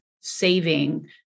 saving